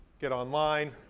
get online,